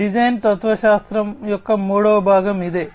design తత్వశాస్త్రం యొక్క మూడవ భాగం ఇదే